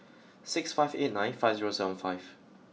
six five eight nine five zero seven five